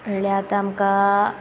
म्हणल्यार आतां आमकां